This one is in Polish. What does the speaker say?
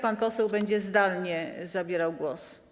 Pan poseł będzie zdalnie zabierał głos.